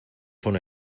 son